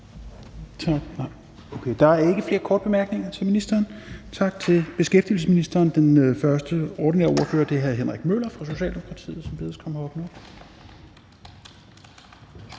Der er ikke flere korte bemærkninger til ministeren. Tak til beskæftigelsesministeren. Den første ordinære ordfører er hr. Henrik Møller fra Socialdemokratiet, som bedes komme herop nu.